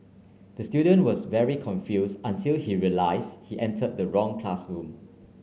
the student was very confuse until he realise he entered the wrong classroom